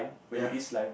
ya